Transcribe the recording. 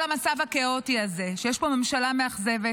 המצב הכאוטי הזה שיש פה ממשלה מאכזבת,